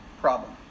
problem